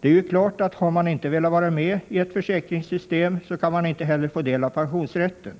Det är ju klart att har man inte velat vara med i ett försäkringssystem så kan man inte heller få del av pensionsrätten.